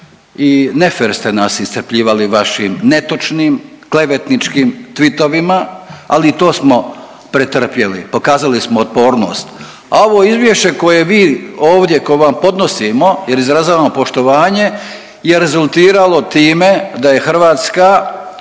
i nefer ste nas iscrpljivali vašim netočnim, klevetničkim tweetovima, ali i to smo pretrpjeli. Pokazali smo otpornost. A ovo Izvješće koje vi ovdje, koje vam podnosimo jer izražavamo poštovanje, je rezultiralo time da je Hrvatska